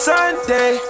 Sunday